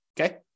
okay